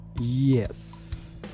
Yes